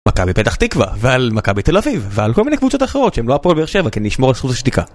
מכה בפתח תקווה, ועל מכה בתל אביב, ועל כל מיני קבוצות אחרות שהן לא הפועל באר שבע כי אני אשמור על זכות השתיקה